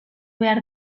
behar